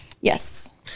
Yes